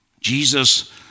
Jesus